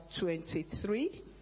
23